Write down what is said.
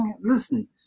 listen